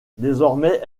désormais